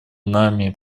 нами